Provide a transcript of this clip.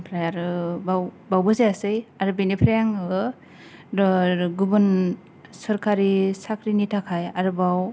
ओमफ्राय आरो बाव बावबो जायासै आरो बेनिफ्राय आङो दो गुबुन सोरखारि साख्रिनि थाखाय आरोबाव